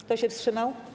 Kto się wstrzymał?